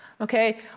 Okay